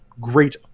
great